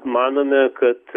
manome kad